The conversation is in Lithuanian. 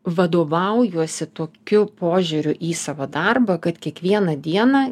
vadovaujuosi tokiu požiūriu į savo darbą kad kiekvieną dieną